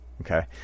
Okay